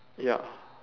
ya